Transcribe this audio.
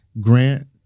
grant